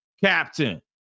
Captain